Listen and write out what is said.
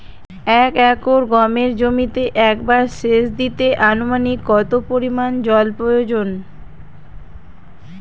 এক একর গমের জমিতে একবার শেচ দিতে অনুমানিক কত পরিমান জল প্রয়োজন?